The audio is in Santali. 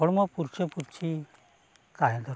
ᱦᱚᱲᱢᱚ ᱯᱷᱩᱨᱪᱟᱹᱼᱯᱷᱩᱨᱪᱤ ᱛᱟᱦᱮᱸ ᱫᱚᱨᱠᱟᱨᱚᱜ